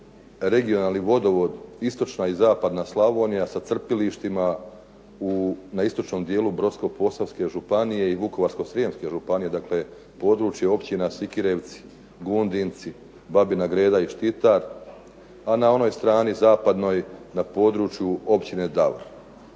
regionalni vodovod Istočna i Zapadna Slavonija sa crpilištima na istočnom dijelu Brodsko-posavske županije i Vukovarsko-srijemske županije. Dakle, područje općina Sikirevci, Gundinci, Babina Greda iz Štita, a na onoj strani zapadnoj na području općine …